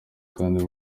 kandi